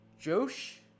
Josh